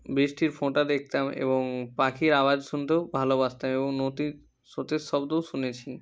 বৃষ্টির ফোঁটা দেখতাম এবং পাখির আওয়াজ শুনতেও ভালবাসতাম এবং নদীর স্রোতের শব্দও শুনেছি